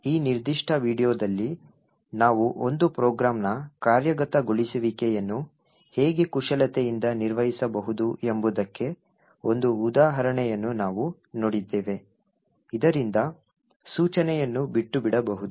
ಆದ್ದರಿಂದ ಈ ನಿರ್ದಿಷ್ಟ ವೀಡಿಯೊದಲ್ಲಿ ನಾವು ಒಂದು ಪ್ರೋಗ್ರಾಂನ ಕಾರ್ಯಗತಗೊಳಿಸುವಿಕೆಯನ್ನು ಹೇಗೆ ಕುಶಲತೆಯಿಂದ ನಿರ್ವಹಿಸಬಹುದು ಎಂಬುದಕ್ಕೆ ಒಂದು ಉದಾಹರಣೆಯನ್ನು ನಾವು ನೋಡಿದ್ದೇವೆ ಇದರಿಂದ ಸೂಚನೆಯನ್ನು ಬಿಟ್ಟುಬಿಡಬಹುದು